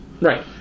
Right